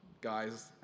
guys